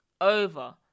Over